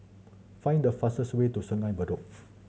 find the fastest way to Sungei Bedok